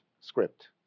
script